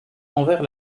envers